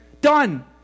Done